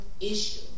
issue